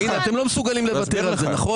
אתם לא מסוגלים לוותר על זה, נכון?